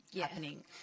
happening